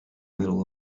medal